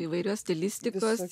įvairios stilistikos